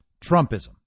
Trumpism